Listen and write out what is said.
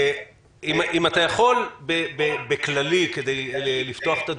אם אתה יכול, בכללי, כדי לפתוח את הדיון,